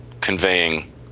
conveying